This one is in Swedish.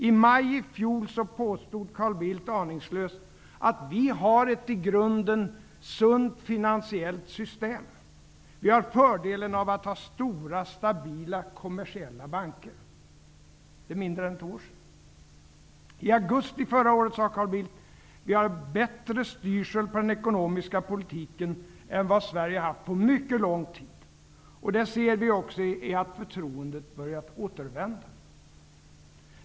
I maj i fjol påstod Carl Bildt aningslöst: ''Vi har ett i grunden sunt finansiellt system. -- Vi har fördelen av att ha stora stabila kommersiella banker.'' Det är mindre än ett år sedan. I augusti förra året sade Carl Bildt: ''Vi har bättre styrsel på den ekonomiska politiken än vad Sverige har haft på mycket lång tid, och det ser vi också i att förtroendet börjat återvända.''